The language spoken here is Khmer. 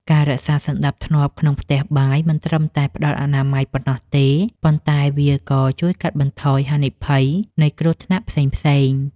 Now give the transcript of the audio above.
ការរក្សាសណ្តាប់ធ្នាប់ក្នុងផ្ទះបាយមិនត្រឹមតែផ្តល់អនាម័យប៉ុណ្ណោះទេ ប៉ុន្តែវាក៏ជួយកាត់បន្ថយហានិភ័យនៃគ្រោះថ្នាក់ផ្សេងៗ។